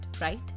right